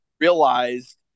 realized